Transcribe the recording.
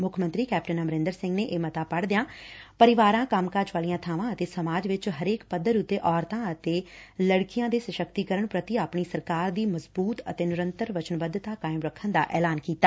ਮੁੱਖ ਮੰਤਰੀ ਕੈਪਟਨ ਅਮਰੰਦਰ ਸੰਘ ਨੇ ਇਹ ਮਤਾ ਪੜਦਿਆਂ ਪਰਿਵਾਰਾਂ ਕੰਮਕਾਜ ਵਾਲੀਆਂ ਬਾਵਾਂ ਅਤੇ ਸਮਾਜ ਵਿੱਚ ਹਰੇਕ ਪੱਧਰ ਉਤੇ ਔਰਤਾ ਅਤੇ ਲੜਕੀਆ ਦੇ ਸਸਕਤੀਕਰਨ ਪ੍ਰਤੀ ਆਪਣੀ ਸਰਕਾਰ ਦੀ ਮਜ਼ਬੁਤ ਅਤੇ ਨਿਰੰਤਰ ਵਚਨਬੱਧਤਾ ਕਾਇਮ ਰੱਖਣ ਦਾ ਐਲਾਨ ਕੀਤਾ